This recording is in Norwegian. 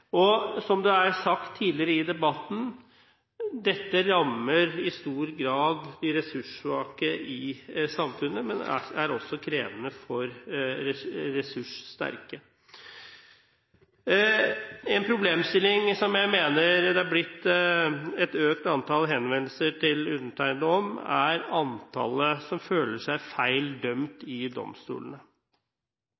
Som det er sagt tidligere i debatten, dette rammer i stor grad de ressurssvake i samfunnet, men er også krevende for ressurssterke. En problemstilling som jeg mener det er blitt et økt antall henvendelser til undertegnede om, er antallet som føler seg feil dømt